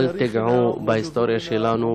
אל תיגעו בהיסטוריה שלנו,